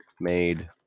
made